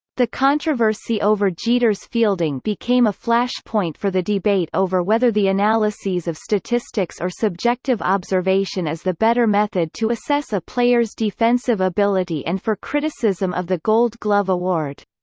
the controversy over jeter's fielding became a flash point for the debate over whether the analyses of statistics or subjective observation is the better method to assess a player's defensive ability and for criticism of the gold glove award.